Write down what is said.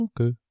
Okay